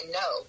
no